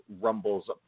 Rumble's